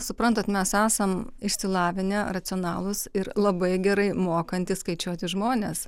suprantat mes esam išsilavinę racionalūs ir labai gerai mokantys skaičiuoti žmonės